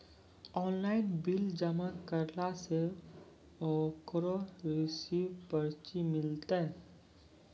Online bill जमा करला से ओकरौ रिसीव पर्ची मिलतै?